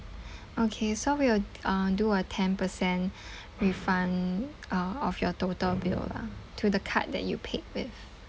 okay so we'll t~ uh do a ten percent refund uh of your total bill lah to the card that you paid with